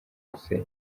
gusenya